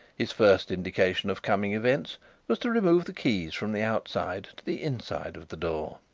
his first indication of coming events was to remove the key from the outside to the inside of the door.